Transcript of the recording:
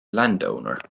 landowner